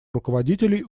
руководителей